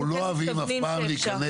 אנחנו לא אוהבים אף פעם להיכנס